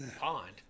pond